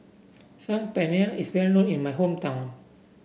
Saag Paneer is well known in my hometown